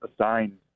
assigned